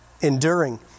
enduring